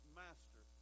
master